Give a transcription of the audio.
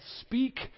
speak